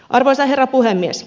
arvoisa herra puhemies